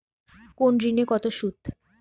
কোন ঋণে কত সুদ?